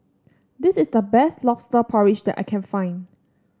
this is the best lobster porridge that I can find